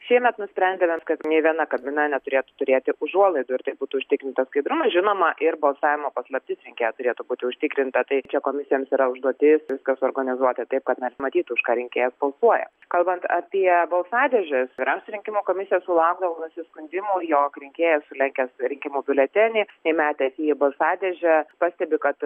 šiemet nusprendėme kad nė viena kabina neturėtų turėti užuolaidų ir taip būtų užtikrintas skaidrumas žinoma ir balsavimo paslaptis rinkėjo turėtų būti užtikrinta tai čia komisijoms yra užduotis viską suorganizuota taip kad nesimatytų už ką rinkėjas balsuoja kalbant apie balsadėžes vyriausia rinkimų komisija sulaukdavo nusiskundimų jog rinkėjas sulenkęs rinkimų biuletenį įmetęs jį į balsadėžę pastebi kad